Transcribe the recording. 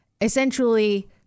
essentially